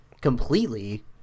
completely